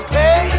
Okay